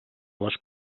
les